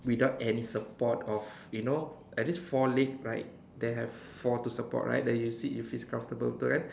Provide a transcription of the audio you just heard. without any support of you know at least four leg right they have four to support right that you sit you feel comfortable betulkan